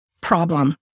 problem